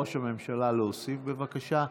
את ראש הממשלה להוסיף בבקשה.